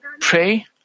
pray